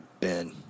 Ben